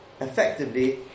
effectively